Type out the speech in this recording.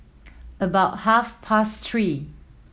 about half past three